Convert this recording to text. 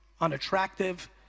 unattractive